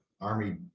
army